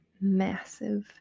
massive